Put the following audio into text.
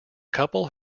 couple